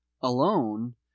alone